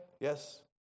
Yes